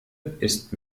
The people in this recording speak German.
ist